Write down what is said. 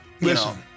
listen